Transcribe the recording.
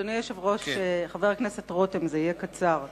אדוני היושב-ראש, חבר הכנסת רותם, זה יהיה קצר.